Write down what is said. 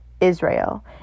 Israel